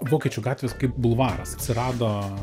vokiečių gatvė kaip bulvaras atsirado